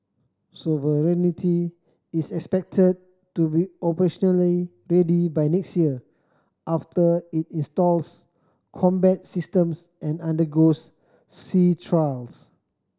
sovereignty is expected to be operationally ready by next year after it installs combat systems and undergoes sea trials